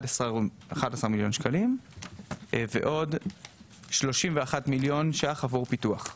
מיליון שקלים ועוד 31 מיליון שקל עבור פיתוח.